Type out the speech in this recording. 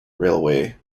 railway